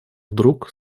вдруг